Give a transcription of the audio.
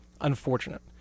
unfortunate